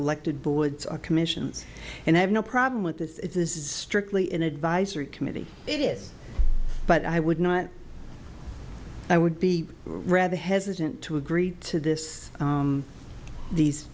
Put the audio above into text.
elected boards are commissions and i have no problem with this if this is strictly an advisory committee it is but i would not i would be rather hesitant to agr to this these